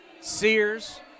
Sears